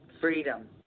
freedom